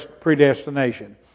predestination